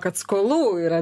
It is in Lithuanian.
kad skolų yra